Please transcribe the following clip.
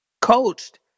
coached